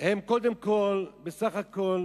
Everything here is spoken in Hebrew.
קודם כול, הם בסך הכול